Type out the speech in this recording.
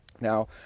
Now